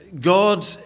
God